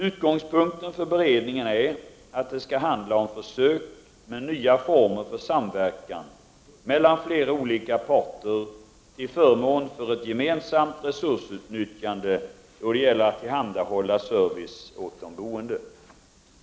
Utgångspunkten för beredningen är att det skall handla om försök med nya former för samverkan mellan flera olika parter till förmån för ett gemensamt resursutnyttjande då det gäller att tillhandahålla service åt de boende.